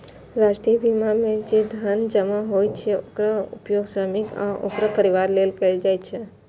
राष्ट्रीय बीमा मे जे धन जमा होइ छै, ओकर उपयोग श्रमिक आ ओकर परिवार लेल कैल जाइ छै